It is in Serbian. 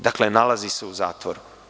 Dakle, nalazi se u zatvoru.